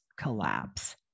collapse